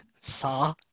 saw